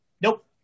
Nope